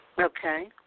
Okay